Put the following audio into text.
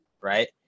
right